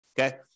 Okay